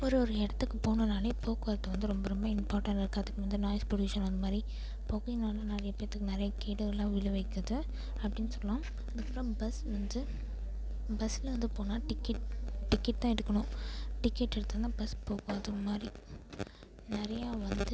ஒரு ஒரு இடத்துக்கு போகணும்னாலே போக்குவரத்து வந்து ரொம்ப ரொம்ப இம்பார்ட்டனாக இருக்கு அதுக்கு முந்து நாய்ஸ் பொல்யூஷன் அந்த மாதிரி புகைனால்ல நிறைய பேர்த்துக்கு நிறைய கேடுகள் எல்லாம் விளை விக்கிது அப்படின்னு சொல்லாம் அதுக்கு அப்புறோம் பஸ் வந்து பஸ்ஸில் வந்து போனால் டிக்கெட் டிக்கெட் தான் எடுக்கணும் டிக்கெட் எடுத்தால் தான் பஸ் போக்குவரத்து அதுமாதிரி நிறையா வந்து